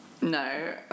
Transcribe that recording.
No